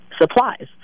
supplies